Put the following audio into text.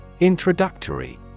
Introductory